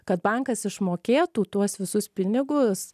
kad bankas išmokėtų tuos visus pinigus